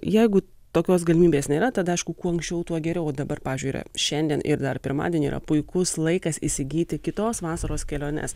jeigu tokios galimybės nėra tada aišku kuo anksčiau tuo geriau dabar pavyzdžiui yra šiandien ir dar pirmadienį yra puikus laikas įsigyti kitos vasaros keliones